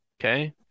okay